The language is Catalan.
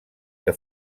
que